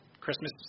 Christmas